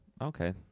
okay